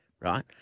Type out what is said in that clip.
right